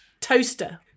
toaster